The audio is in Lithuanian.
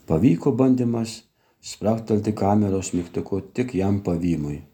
pavyko bandymas spragtelti kameros mygtuku tik jam pavymui